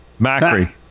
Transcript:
Macri